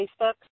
Facebook